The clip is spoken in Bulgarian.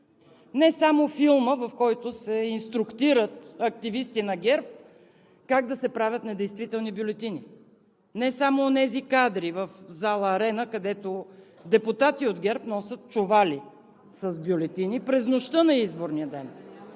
не само филма, в който се инструктират активисти на ГЕРБ как да се правят недействителни бюлетини, не само онези кадри в зала „Арена“, където депутати от ГЕРБ носят чували с бюлетини през нощта на изборния ден.